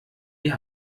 die